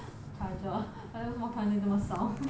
charger but then more kindly to myself